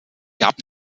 gab